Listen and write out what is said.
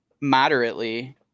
moderately